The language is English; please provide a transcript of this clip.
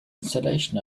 installation